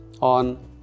on